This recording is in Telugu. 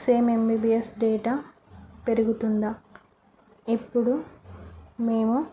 సేమ్ ఎంబీబీఎస్ డేటా పెరుగుతుందా ఎప్పుడు మేము